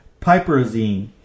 piperazine